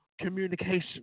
communication